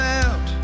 out